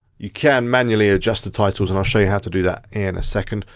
you can manually adjust the titles and show you how to do that in a second.